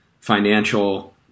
financial